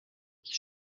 ich